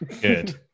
Good